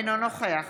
אינו נוכח